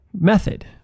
method